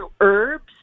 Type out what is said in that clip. herbs